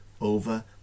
over